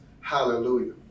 hallelujah